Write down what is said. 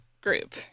group